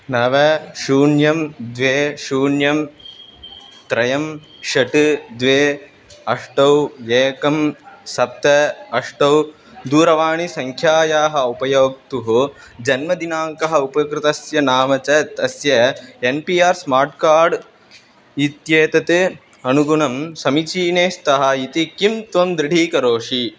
नव शून्यं द्वे शून्यं त्रयं षट् द्वे अष्ट एकं सप्त अष्ट दूरवाणीसङ्ख्यायाः उपयोक्तुः जन्मदिनाङ्कः उपकृतस्य नाम च तस्य N P R smart card इत्येतत् अनुगुणं समीचीने स्तः इति किं त्वं दृढीकरोषि